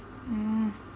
oh